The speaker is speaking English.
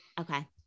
Okay